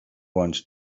want